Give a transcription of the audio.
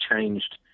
changed